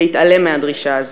להתעלם מהדרישה הזו.